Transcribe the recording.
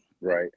Right